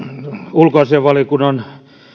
ulkoasiainvaliokunnan